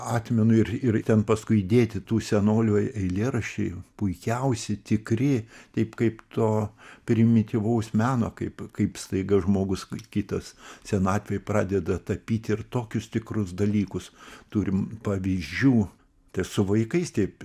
atmenu ir ir ten paskui įdėti tų senolių eilėraščiai puikiausi tikri taip kaip to primityvaus meno kaip kaip staiga žmogus kitas senatvėj pradeda tapyt ir tokius tikrus dalykus turim pavyzdžių tai su vaikais taip